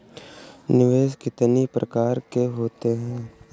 निवेश कितनी प्रकार के होते हैं?